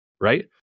Right